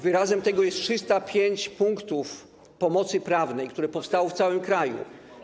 Wyrazem tego jest 305 punktów pomocy prawnej, które powstały w całym kraju.